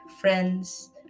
friends